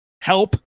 help